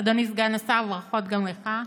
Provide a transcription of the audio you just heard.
אדוני סגן השר, ברכות גם לך.